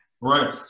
Right